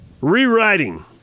Rewriting